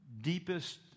deepest